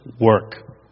work